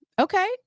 Okay